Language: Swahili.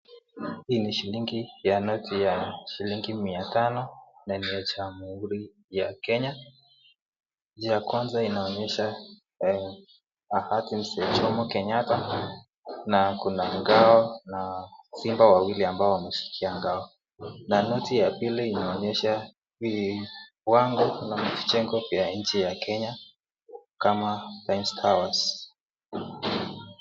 Hii ni shilingi ya noti ya shilingi mia tano na ni ya jamhuri ya Kenya, ya kwanza inaonyesha hayati mzee Jomo Kenyatta na kuna ngao na simba wawili ambao wameshikilia ngao. Na noti ya pili inaonyesha viwango ya majengo ya Kenya kama Times Towers .